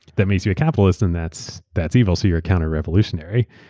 that makes you a capitalist and that's that's evil, so you're a counter-revolutionary.